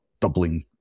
doubling